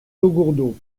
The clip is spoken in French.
taugourdeau